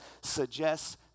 suggests